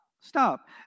Stop